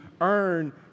earn